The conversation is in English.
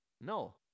No